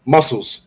Muscles